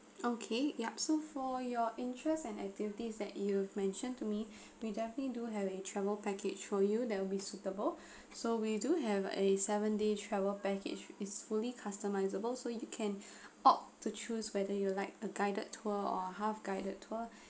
okay yup so for your interests and activities that you've mentioned to me we definitely do have a travel package for you that will be suitable so we do have a seven day travel package is fully customizable so you can opt to choose whether you like a guided tour or half guided tour